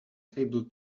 able